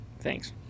Thanks